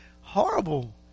horrible